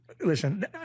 listen